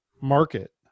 market